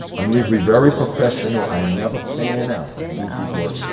i'm usually very professional, i never fan out. and he used these words,